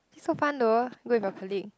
so fun though go with your colleague